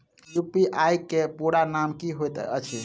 UPI केँ पूरा नाम की होइत अछि?